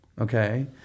Okay